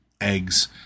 eggs